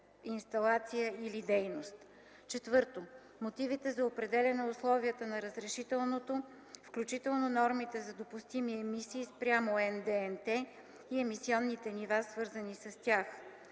инсталация или дейност; 4. мотивите за определяне условията на разрешителното, включително нормите за допустими емисии, спрямо НДНТ и емисионните нива, свързани с тях;